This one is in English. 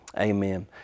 Amen